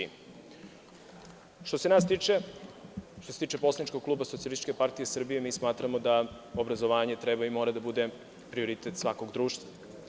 Što se nas tiče, što se tiče Poslaničkog kluba Socijalističke partije Srbije, mi smatramo da obrazovanje treba i mora da bude prioritet svakog društva.